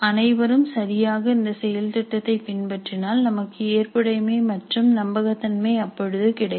அனைவரும் சரியாக இந்த செயல் திட்டத்தைப் பின்பற்றினால் நமக்கு ஏற்புடைமை மற்றும் நம்பகத்தன்மை அப்பொழுது கிடைக்கும்